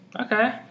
Okay